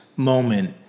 moment